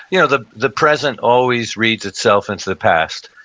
you know, the the present always reads itself into the past.